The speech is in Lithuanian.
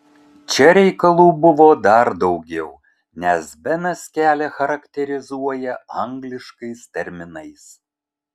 čia reikalų buvo dar daugiau nes benas kelią charakterizuoja angliškais terminais